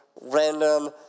random